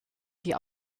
die